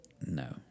No